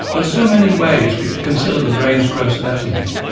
ah so many ways we can consider the brain's gross anatomy,